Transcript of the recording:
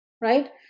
right